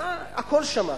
הכול שמעתי.